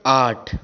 आठ